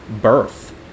birth